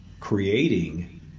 creating